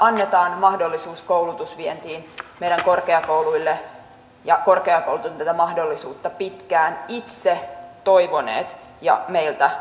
annetaan mahdollisuus koulutusvientiin meidän korkeakouluillemme ja korkeakoulut ovat tätä mahdollisuutta pitkään itse toivoneet ja meiltä lobanneet